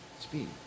Speed